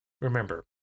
Remember